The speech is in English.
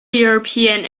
european